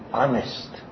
honest